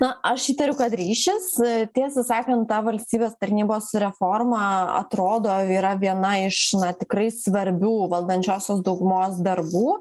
na aš įtariu kad ryšis tiesą sakant ta valstybės tarnybos reforma atrodo yra viena iš na tikrai svarbių valdančiosios daugumos darbų